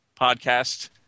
Podcast